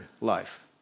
life